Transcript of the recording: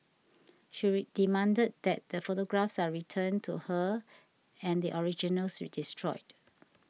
she demanded that the photographs are returned to her and the originals destroyed